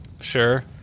sure